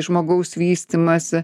žmogaus vystymąsi